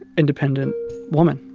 independent woman